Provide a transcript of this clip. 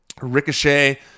Ricochet